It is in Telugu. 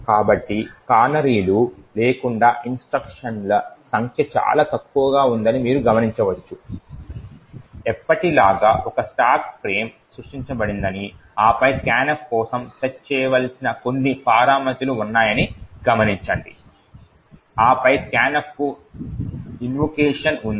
కాబట్టి కానరీలు లేకుండా ఇన్స్ట్రక్షన్ల సంఖ్య చాలా తక్కువగా ఉందని మీరు గమనించవచ్చు ఎప్పటిలాగే ఒక స్టాక్ ఫ్రేమ్ సృష్టించబడిందని ఆపై scanf కోసం సెట్ చేయవలసిన కొన్ని పారామితులు ఉన్నాయని గమనించండి ఆపై scanfకు ఎన్నోకేషన్ ఉంది